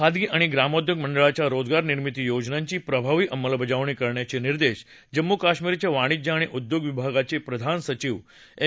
खादी आणि ग्रामोद्योग मंडळाच्या रोजगार निर्मिती योजनांची प्रभावी अंमलबजावणी करण्याचे निर्देश जम्मू कश्मीरचे वाणिज्य आणि उद्योग विभागाचे प्रधान संघीव एम